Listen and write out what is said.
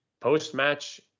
post-match